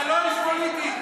תעמוד פה, אתה מבזה,